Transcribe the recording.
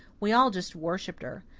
we all just worshipped her.